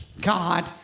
God